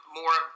more